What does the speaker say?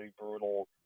brutal